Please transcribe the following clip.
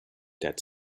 that